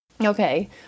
Okay